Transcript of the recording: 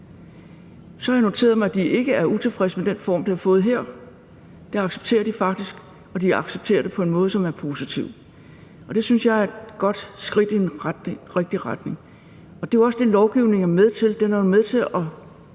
Så har jeg noteret mig, at de ikke er utilfredse med den form, det har fået her; den accepterer de faktisk, og de accepterer den på en måde, som er positiv, og det synes jeg er et godt skridt i den rigtige retning. Og det er jo også det, lovgivning er med til.